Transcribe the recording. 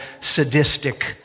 sadistic